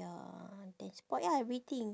ya then spoilt ah everything